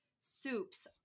soups